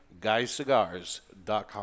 guyscigars.com